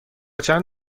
چند